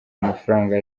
amafaranga